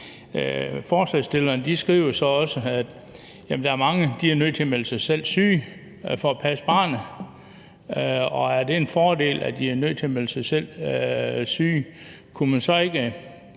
Forslagsstillerne skriver så også, at der er mange, der selv er nødt til at melde sig syge for at passe barnet. Er det en fordel, at de selv er nødt til at melde sig syge? Kunne man så ikke